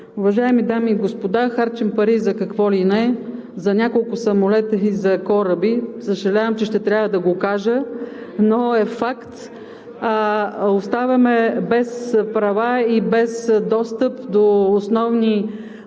Уважаеми дами и господа, харчим пари за какво ли не, за няколко самолета и за кораби, съжалявам, че трябва да го кажа, но е факт. Оставяме без права и без достъп до основни услуги